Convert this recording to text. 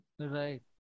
Right